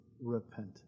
Repent